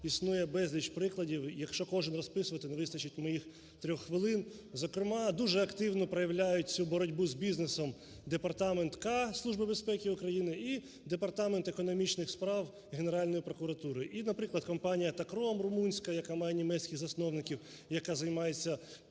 існує безліч прикладів, якщо кожен розписувати, не вистачить моїх трьох хвилин. Зокрема, дуже активно проявляють цю боротьбу з бізнесом департамент "К" Служби безпеки України і Департамент економічних справ Генеральної прокуратури. І, наприклад, компанія "Tacrom" румунська, яка має німецьких засновників, яка займається